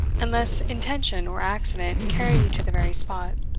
unless intention or accident carry you to the very spot.